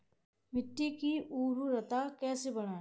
मिट्टी की उर्वरता कैसे बढ़ाएँ?